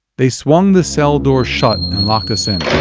they swung the cell door shut and locked us in